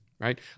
right